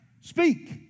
Speak